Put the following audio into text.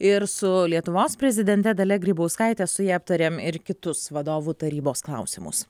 ir su lietuvos prezidente dalia grybauskaite su ja aptarėm ir kitus vadovų tarybos klausimus